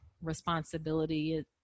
responsibility